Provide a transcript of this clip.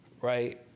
right